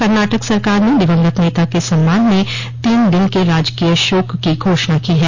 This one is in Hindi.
कनाटक सरकार ने दिवंगत नेता के सम्मान में तीन दिन के राजकीय शोक की घोषणा की है